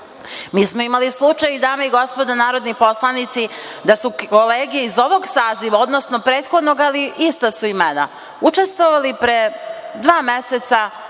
smo imali i slučaj, dame i gospodo narodni poslanici, da su kolege iz ovog saziva, odnosno iz prethodnog, ali ista su imena, učestvovali pre dva meseca